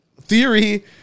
theory